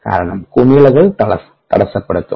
കാരണം കുമിളകൾ തടസ്സപ്പെടുത്തും